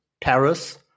Paris